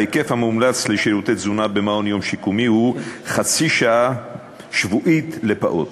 ההיקף המומלץ לשירותי תזונה במעון יום שיקומי הוא חצי שעה שבועית לפעוט.